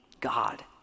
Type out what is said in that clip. God